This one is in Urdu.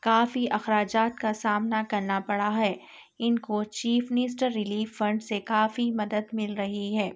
کافی اخراجات کا سامنا کرنا پڑا ہے ان کو چیف نسٹر ریلیف فنڈ سے کافی مدد مل رہی ہے